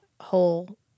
whole